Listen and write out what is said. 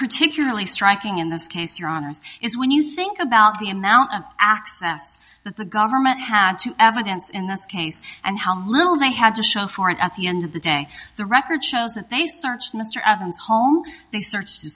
particularly striking in this case your honour's is when you think about the amount of access that the government had to evidence in this case and how little they had to show for it at the end of the day the record shows that they searched mr evans home they searched